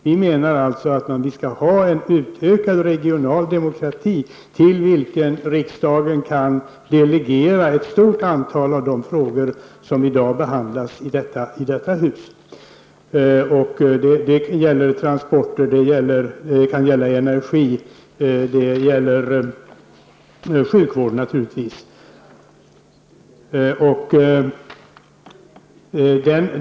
Vi menar att det skall vara en utökad regional demokrati, till vilket riksdagen kan delegera ett stort antal av de frågor som i dag behandlas i detta hus. Det kan gälla transporter, energi, sjukvård osv.